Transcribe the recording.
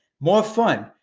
more fun,